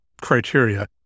criteria